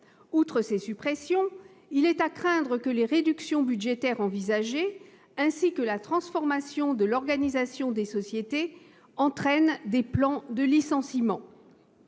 Outre ces suppressions, il est à craindre que les réductions budgétaires envisagées, ainsi que la transformation de l'organisation des sociétés, n'entraînent des plans de licenciement.